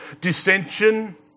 dissension